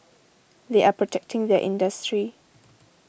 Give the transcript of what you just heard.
they are protecting their industry